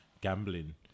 gambling